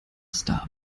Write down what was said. star